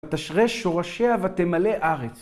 ותשרש שורשיה ותמלא ארץ.